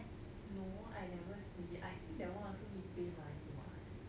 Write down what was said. no I never see I think that one also need pay money what